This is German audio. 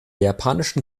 japanischen